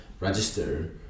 register